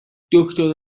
دکتر